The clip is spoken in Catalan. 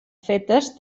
fetes